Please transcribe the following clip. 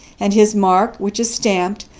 and his mark, which is stamped,